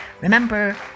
Remember